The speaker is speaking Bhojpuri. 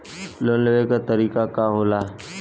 लोन लेवे क तरीकाका होला?